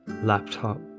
laptop